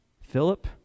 Philip